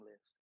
list